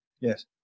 Yes